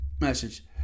Message